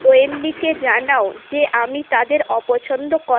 ওয়েণ্ডিকে জানাও যে আমি তাদের অপছন্দ করি